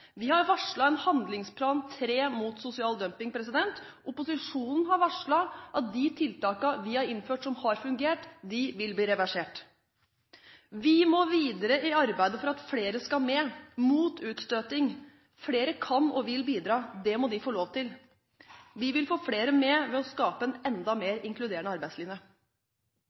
Vi har varslet en tredje handlingsplan mot sosial dumping. Opposisjonen har varslet at de tiltakene vi har innført, som har fungert, vil bli reversert. Vi må videre i arbeidet for at flere skal med, mot utstøting. Flere kan og vil bidra. Det må de få lov til. Vi vil få flere med ved å skape en enda mer inkluderende